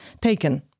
taken